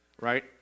right